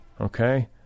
Okay